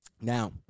Now